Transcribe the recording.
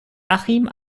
achim